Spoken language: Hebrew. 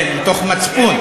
כן, מתוך מצפון.